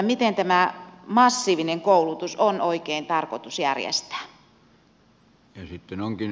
miten tämä massiivinen koulutus on oikein tarkoitus järjestää